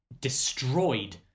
destroyed